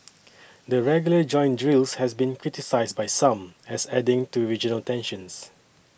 the regular joint drills has been criticised by some as adding to regional tensions